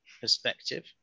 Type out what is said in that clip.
perspective